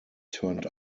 turned